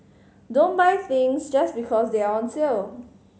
don't buy things just because they are on sale